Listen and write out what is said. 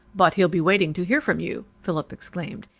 but he'll be waiting to hear from you! philip exclaimed.